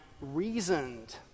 reasoned